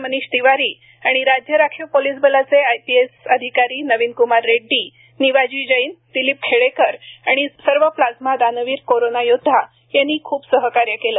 मनिष तिवारी आणि राज्य राखीव पोलीस बलाचे आयपीएस अधिकारी नवीन कुमार रेड्डी नीवाजी जैन दिलीप खेडेकर आणि सर्व प्लाझ्मा दानवीर कोरोना योध्दा यांनी खूप सहकार्य केले